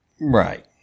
Right